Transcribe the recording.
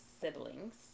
siblings